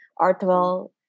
Artwell